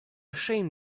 shame